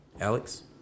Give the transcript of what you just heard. Alex